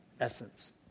essence